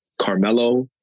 Carmelo